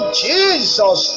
jesus